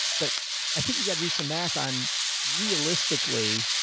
but i think you've got to do some math on realistically.